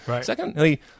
Secondly